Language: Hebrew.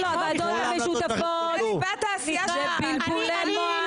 ועדות משותפות זה פלפולי מוח.